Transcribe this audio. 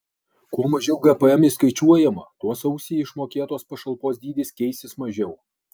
kuo mažiau gpm išskaičiuojama tuo sausį išmokėtos pašalpos dydis keisis mažiau